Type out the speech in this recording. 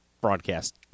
broadcast